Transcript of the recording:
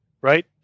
right